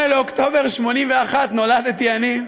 ב-28 באוקטובר 1981 נולדתי אני.